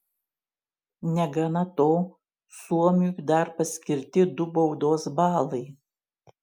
negana to suomiui dar paskirti du baudos balai